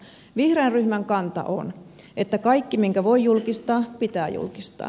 vihreän ryhmän kanta on että kaikki minkä voi julkistaa pitää julkistaa